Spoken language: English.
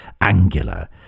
angular